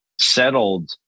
settled